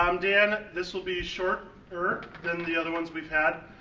um dan, this will be shorter than the other ones we've had.